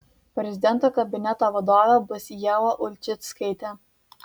prezidento kabineto vadovė bus ieva ulčickaitė